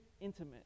intimate